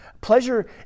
Pleasure